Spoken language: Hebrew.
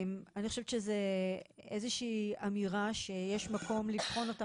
אני חושבת שזו איזו שהיא אמירה שיש מקום לבחון אותה